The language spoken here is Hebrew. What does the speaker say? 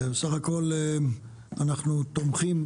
בסך הכל אנחנו תומכים